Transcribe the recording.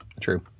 true